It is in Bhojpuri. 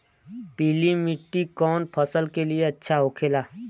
पीला मिट्टी कोने फसल के लिए अच्छा होखे ला?